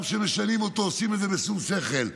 וגם כשמשנים אותו עושים את זה בשום שכל.